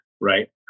right